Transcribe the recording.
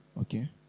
Okay